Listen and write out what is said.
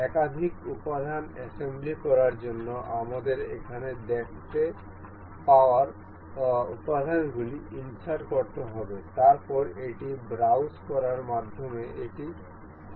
একাধিক উপাদান অ্যাসেম্বল করার জন্য আমাদের এখানে দেখতে পাওয়া উপাদানগুলি ইন্সার্ট করতে হবে তারপরে এটি ব্রাউজ করার মাধ্যমে এটি খোলা হবে